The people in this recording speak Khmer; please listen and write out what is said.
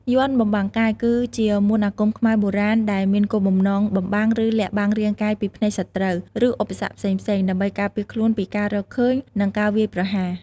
យ័ន្តបំបាំងកាយ គឺជាមន្តអាគមខ្មែរបុរាណដែលមានគោលបំណងបំបាំង ឬលាក់បាំងរាងកាយពីភ្នែកសត្រូវ ឬឧបសគ្គផ្សេងៗ ដើម្បីការពារខ្លួនពីការរកឃើញ និងការវាយប្រហារ។